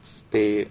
stay